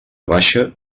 baixa